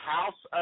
House